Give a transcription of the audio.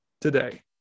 today